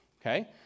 Okay